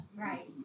Right